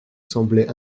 semblait